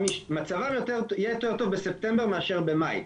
מצבם יהיה יותר טוב בספטמבר מאשר במאי.